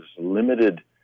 limited